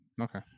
Okay